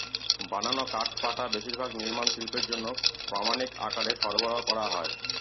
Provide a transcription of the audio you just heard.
বানানো কাঠপাটা বেশিরভাগ নির্মাণ শিল্পের জন্য প্রামানিক আকারে সরবরাহ করা হয়